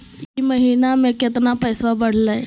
ई महीना मे कतना पैसवा बढ़लेया?